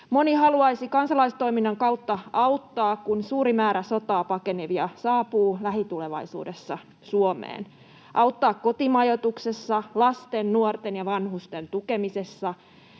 Moni haluaisi kansalaistoiminnan kautta auttaa, kun suuri määrä sotaa pakenevia saapuu lähitulevaisuudessa Suomeen — auttaa kotimajoituksessa sekä lasten, nuorten ja vanhusten tukemisessa,